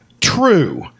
True